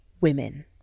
women